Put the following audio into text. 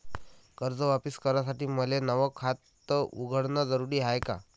कर्ज वापिस करासाठी मले नव खात उघडन जरुरी हाय का?